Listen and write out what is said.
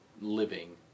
living